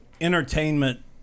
entertainment